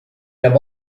have